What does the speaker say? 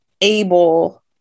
able